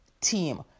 team